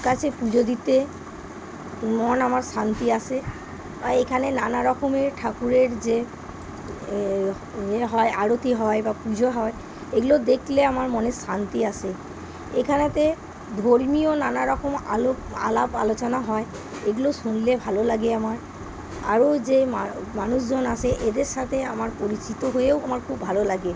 কাছে পুজো দিতে মন আমার শান্তি আসে বা এখানে নানা রকমের ঠাকুরের যে ইয়ে হয় আরতি হয় বা পুজো হয় এগুলো দেখলে আমার মনের শান্তি আসে এখানে ধর্মীয় নানা রকম আলাপ আলোচনা হয় এগুলো শুনলে ভালো লাগে আমার আরও যে মানুষজন আসে এদের সাথে আমার পরিচিত হয়েও আমার খুব ভালো লাগে